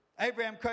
Abraham